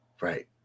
Right